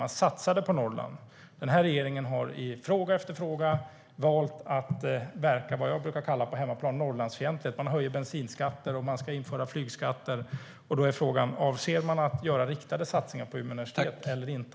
Man satsade på Norrland. Den här regeringen har i fråga efter fråga valt att verka Norrlandsfientligt, som jag brukar kalla det på hemmaplan. Man höjer bensinskatter, och man ska införa flygskatter. Då är frågan: Avser man att göra riktade satsningar på Umeå universitet eller inte?